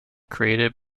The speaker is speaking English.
created